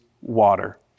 water